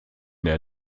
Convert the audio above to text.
der